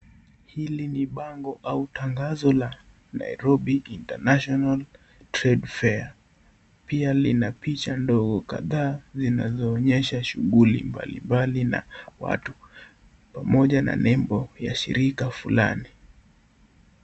Hili ni bango au tangazo la Nairobi International Trade Fair . Pia Lina picha ndogo kadhaa zinazoonyesha shughuli mbalimbali na watu pamoja na nembo ya shirika fulani.